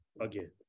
again